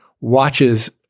watches